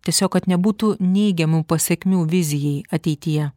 tiesiog kad nebūtų neigiamų pasekmių vizijai ateityje